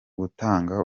gutanga